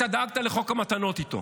אתה דאגת לחוק המתנות איתו.